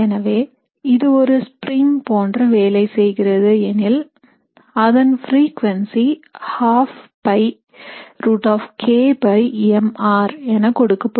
எனவே இது ஒரு spring போன்று வேலை செய்கிறது எனில் அதன் frequency 12Π√kmr என கொடுக்கப்படும்